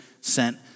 sent